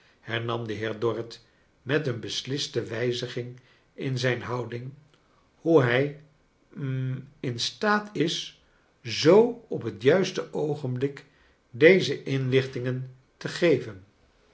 hernam de heer dorrit met een besliste wijziging in zijn houding hoe hij hm in staat is zoo op het juiste oogenblik deze inlichtingen te geven